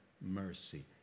mercy